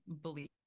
believe